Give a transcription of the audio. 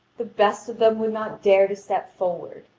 the best of them would not dare to step forward.